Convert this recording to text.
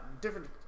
different